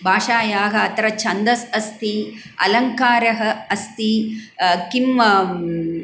भाषायाः अत्र छन्दः अस्ति अलङ्कारः अस्ति किम्